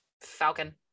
Falcon